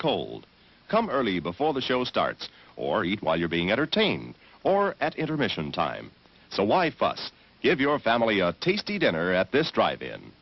cold come early before the show starts or eat while you're being entertained or at intermission time so why fuss give your family a tasty dinner at this drive in